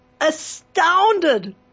astounded